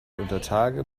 untertage